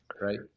Right